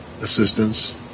assistance